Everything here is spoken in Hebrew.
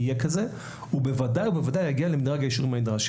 - הוא בוודאי ובוודאי יגיע למדרג האישור הנדרש.